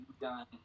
done